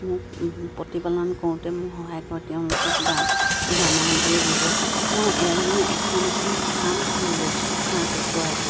মোক প্ৰতিপালন কৰোঁতে মোক সহায় কৰে তেওঁলোকক দানা দিয়ে ব্যৱহাৰ মই মই এখন এখন ফাৰ্ম খুলি লৈছোঁ হাঁহ কুকুৰা